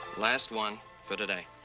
last one for today.